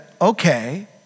okay